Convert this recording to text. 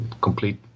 complete